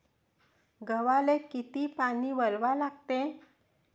गव्हाले किती पानी वलवा लागते?